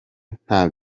nta